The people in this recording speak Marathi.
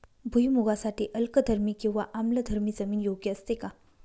भुईमूगासाठी अल्कधर्मी किंवा आम्लधर्मी जमीन योग्य असते का?